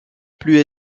plus